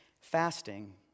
Fasting